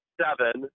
seven